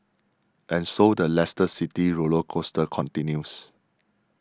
and so the Leicester City roller coaster continues